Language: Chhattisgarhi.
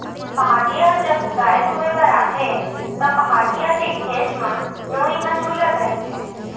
पहाटिया ह जब गाय दुहें बर आथे त, पहाटिया के घेंच म नोई ह छूलत रहिथे